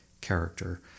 character